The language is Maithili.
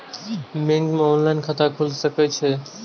बैंक में ऑनलाईन खाता खुल सके छे?